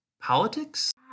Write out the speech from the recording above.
politics